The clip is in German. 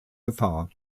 gefahr